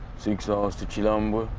six hours to chilambwe,